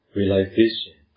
Realization